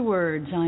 Words